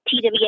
TWA